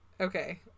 Okay